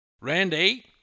Randy